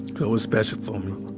that was special for me,